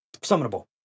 Summonable